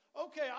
okay